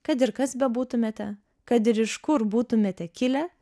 kad ir kas bebūtumėte kad ir iš kur būtumėte kilę